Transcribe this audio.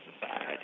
society